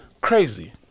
crazy